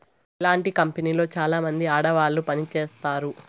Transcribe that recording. ఇలాంటి కంపెనీలో చాలామంది ఆడవాళ్లు పని చేత్తారు